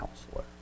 Counselor